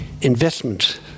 investment